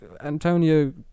Antonio